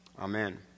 Amen